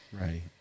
Right